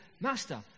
Master